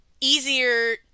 easier